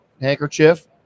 handkerchief